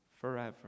forever